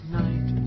night